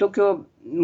tokio